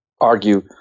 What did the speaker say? argue